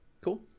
Cool